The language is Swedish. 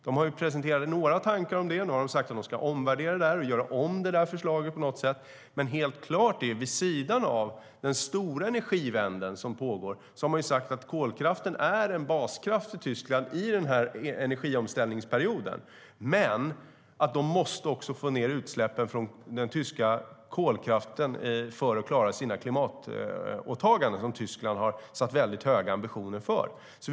Man har presenterat några tankar om det. Nu har man sagt att man ska omvärdera förslaget och göra om det på något sätt, men vid sidan av den stora Energiewende som pågår har man sagt att kolkraften är en baskraft för Tyskland under energiomställningsperioden. Det är dock helt klart att man måste få ned utsläppen från den tyska kolkraften för att klara Tysklands klimatåtaganden och de höga ambitioner man har.